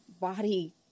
body